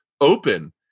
open